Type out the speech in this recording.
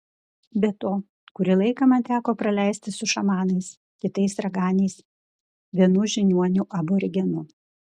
be to kurį laiką man teko praleisti su šamanais kitais raganiais vienu žiniuoniu aborigenu